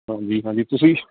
ਹਾਂਜੀ ਹਾਂਜੀ ਤੁਸੀਂ